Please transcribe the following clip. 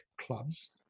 clubs